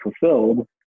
Fulfilled